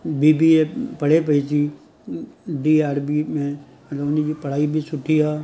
B B A पढ़े पिए थी डी आर बी में हुनजी पढ़ाई बि सुठी आहे